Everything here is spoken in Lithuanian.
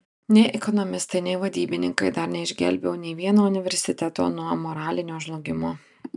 nei ekonomistai nei vadybininkai dar neišgelbėjo nei vieno universiteto nuo moralinio žlugimo